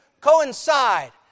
coincide